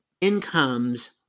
incomes